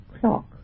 Clock